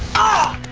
ah!